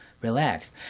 relax